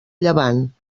llevant